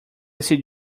see